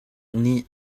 nih